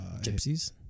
Gypsies